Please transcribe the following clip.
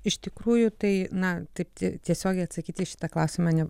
iš tikrųjų tai na taip tai tiesiogiai atsakyti į šitą klausimą ne